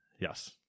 Yes